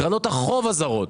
קרנות החוב הזרות.